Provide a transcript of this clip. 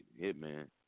Hitman